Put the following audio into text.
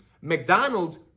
mcdonald's